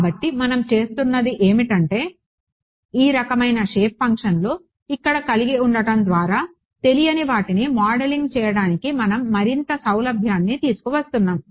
కాబట్టి మనం చేస్తున్నది ఏమిటంటే ఈ రకమైన షేప్ ఫంక్షన్లు ఇక్కడ కలిగి ఉండటం ద్వారా తెలియని వాటిని మోడలింగ్ చేయడానికి మనం మరింత సౌలభ్యాన్ని తీసుకువస్తున్నాము